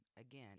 again